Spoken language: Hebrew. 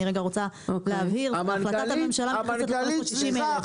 אני רוצה להבהיר, החלטת הממשלה מתייחסת ל-560,000.